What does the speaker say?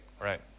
Right